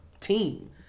team